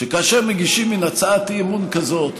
שכאשר מגישים מין הצעת אי-אמון כזאת,